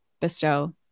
bestow